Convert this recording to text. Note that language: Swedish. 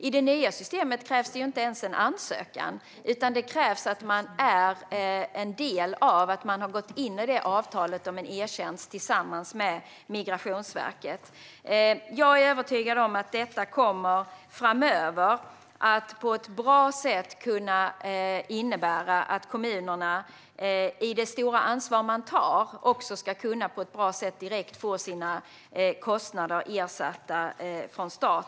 I det nya systemet krävs det inte ens en ansökan, men det krävs att man har ingått avtal om en e-tjänst med Migrationsverket. Jag är övertygad om att detta framöver kommer att kunna innebära att kommunerna, med det stora ansvar de tar, får sina kostnader ersatta från start på ett bra sätt.